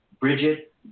Bridget